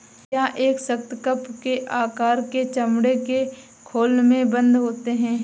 यह एक सख्त, कप के आकार के चमड़े के खोल में बन्द होते हैं